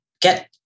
get